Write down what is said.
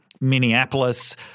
Minneapolis